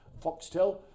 Foxtel